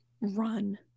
Run